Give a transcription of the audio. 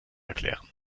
erklären